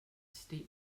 state